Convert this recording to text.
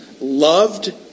loved